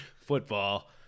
Football